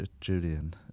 Julian